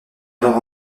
alors